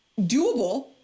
doable